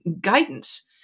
guidance